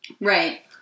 right